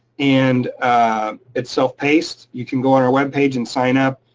and it's self paced, you can go on our web page and sign up,